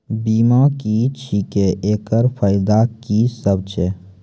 बीमा की छियै? एकरऽ फायदा की सब छै?